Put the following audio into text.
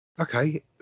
okay